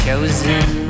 Chosen